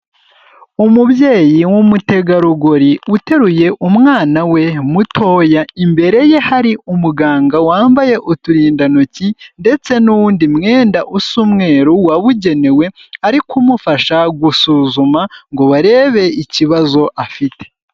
Umubyeyi w'umutegarugori uteruye umwana we mutoya, imbere ye hari umuganga wambaye uturindantoki ndetse n'undi mwenda usa umweru wabugenewe, ari kumufasha gusuzuma ngo barebe ikibazo afite.